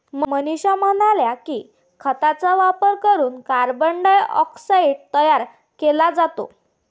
मनीषा म्हणाल्या की, खतांचा वापर करून कार्बन डायऑक्साईड तयार केला जातो